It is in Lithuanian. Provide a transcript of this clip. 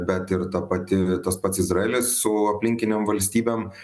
bet ir ta pati tas pats izraelis su aplinkinėm valstybėm